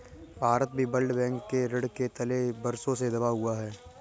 भारत भी world bank के ऋण के तले वर्षों से दबा हुआ है